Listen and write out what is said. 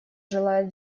желает